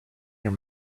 near